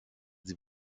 sie